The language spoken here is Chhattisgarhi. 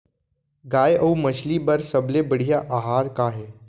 गाय अऊ मछली बर सबले बढ़िया आहार का हे?